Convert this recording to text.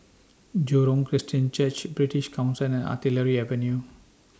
Jurong Christian Church British Council and Artillery Avenue